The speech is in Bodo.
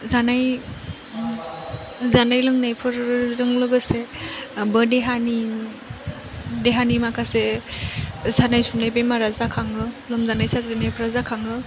जानाय जानाय लोंनायफोरजों लोगोसेबो देहानि देहानि माखासे सानाय सुनाय बेमारा जाखाङो लोमजानाय साजानायफ्रा जाखाङो